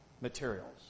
materials